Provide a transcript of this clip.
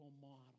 model